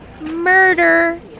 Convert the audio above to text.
murder